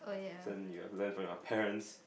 you have learn from your parents